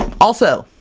also,